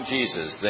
Jesus